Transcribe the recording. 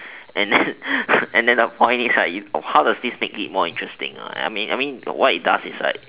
and then and then the point is right how it makes it more interesting right I mean I mean what it does is like